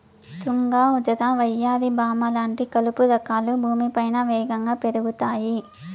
తుంగ, ఉదర, వయ్యారి భామ లాంటి కలుపు రకాలు భూమిపైన వేగంగా పెరుగుతాయి